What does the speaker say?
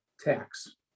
tax